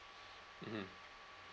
mmhmm